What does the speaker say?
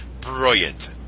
brilliant